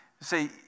Say